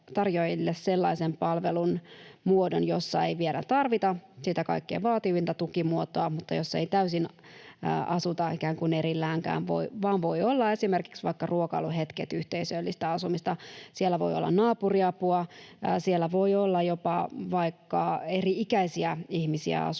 tarjoajille sellaisen palvelun muodon, jossa ei vielä tarvita sitä kaikkein vaativinta tukimuotoa, mutta jossa ei täysin asuta ikään kuin erilläänkään, vaan esimerkiksi vaikka ruokailuhetket voivat olla yhteisöllistä asumista. Siellä voi olla naapuriapua, siellä voi olla jopa vaikka eri-ikäisiä ihmisiä asumassa,